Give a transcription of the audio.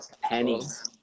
pennies